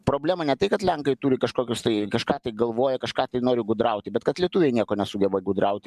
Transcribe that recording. problema ne tai kad lenkai turi kažkokius tai kažką tai galvoja kažką tai nori gudrauti bet kad lietuviai nieko nesugeba gudrauti